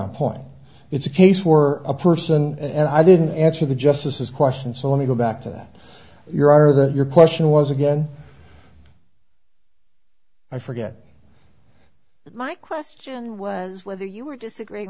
on point it's a case for a person and i didn't answer the justices question so let me go back to that your are that your question was again i forget that my question was whether you were disagreeing